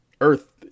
earth